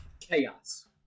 Chaos